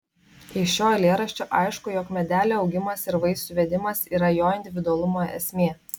iš šio eilėraščio aišku jog medelio augimas ir vaisių vedimas yra jo individualumo esmė